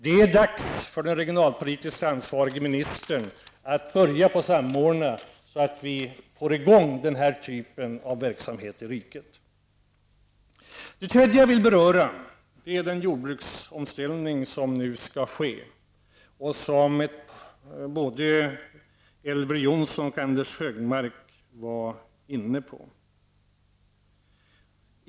Det är dags för den regionalpolitiskt ansvarige ministern att börja samordna, så att vi får i gång den typen av verksamhet i riket. Den tredje fråga jag vill beröra är den jordbruksomställning som nu skall ske och som både Elver Jonsson och Anders Högmark var inne på.